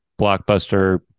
blockbuster